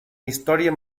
història